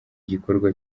gikorwa